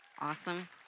awesome